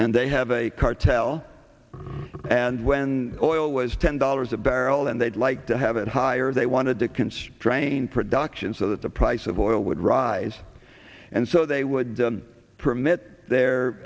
and they have a cartel and when oil was ten dollars a barrel and they'd like to have it higher they wanted to constrain production so that the price of oil would rise and so they would permit their